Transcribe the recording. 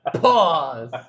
Pause